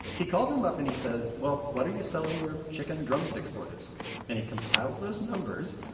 he calls them up, and he says, well, what are you selling your chicken drumsticks for this week? and he compiles those numbers,